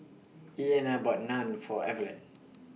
Ilona bought Naan For Evelyn